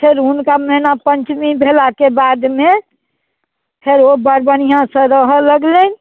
फेर हुनका मैना पञ्चमी भेलाके बादमे फेर ओ बड़ बढ़िआँसँ रहऽ लगलनि